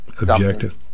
objective